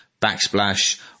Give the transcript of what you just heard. backsplash